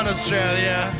Australia